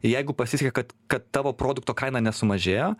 jeigu pasisekė kad kad tavo produkto kaina nesumažėjo